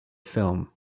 film